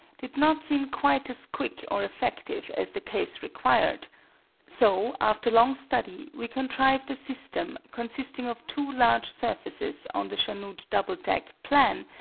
did not seem quite as quick or effective as the case required so, after long study, we contrived a system consisting of two large surfaces on the chanute double-deck plan,